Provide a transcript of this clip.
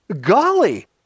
Golly